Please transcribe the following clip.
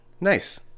Nice